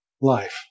life